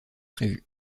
prévu